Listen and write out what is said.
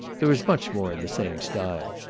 there is much more in the same style,